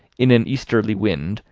in an easterly wind,